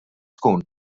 tkun